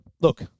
look